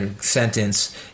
sentence